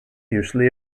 usually